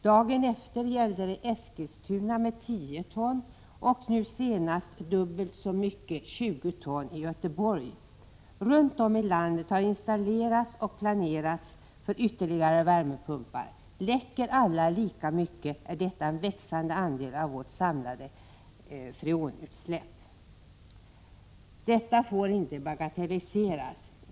Dagen efter gällde det Eskilstuna med 10 ton och nu senast dubbelt så mycket i Göteborg. Runt om i landet har installerats och planerats för ytterligare värmepumpar. Läcker alla lika mycket är detta en växande andel av vårt samlade freonutsläpp. Detta får inte bagatelliseras.